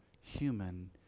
human